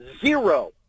zero